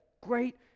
great